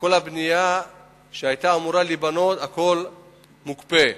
וכל הבנייה שהיתה אמורה להיעשות, הכול מוקפא.